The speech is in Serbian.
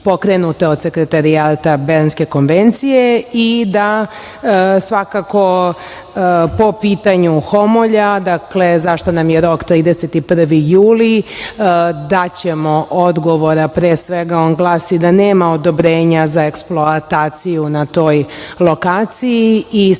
od Sekretarijata Bernske konvencije i da svakako po pitanju Homolja, a za šta nam je rok 31. juli. Daćemo odgovor, a pre svega on glasi da nema odobrenja za eksploataciju na toj lokaciji i samim